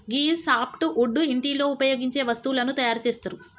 గీ soft wood ఇంటిలో ఉపయోగించే వస్తువులను తయారు చేస్తరు